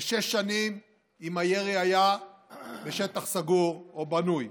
ושש שנים אם הירי היה בשטח סגור או בנוי.